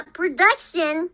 production